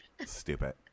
stupid